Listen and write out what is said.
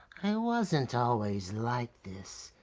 i wasn't always like this.